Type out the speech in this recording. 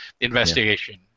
investigation –